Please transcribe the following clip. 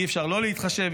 אי-אפשר לא להתחשב,